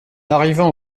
arrivant